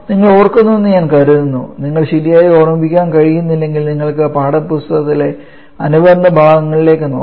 നിങ്ങൾ ഓർക്കുന്നുവെന്ന് ഞാൻ കരുതുന്നു നിങ്ങൾക്ക് ശരിയായി ഓർമിക്കാൻ കഴിയുന്നില്ലെങ്കിൽ നിങ്ങൾക്ക് പാഠപുസ്തകത്തിലെ അനുബന്ധ ഭാഗങ്ങളിലേക്ക് നോക്കാം